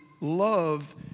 love